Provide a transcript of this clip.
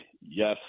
Yes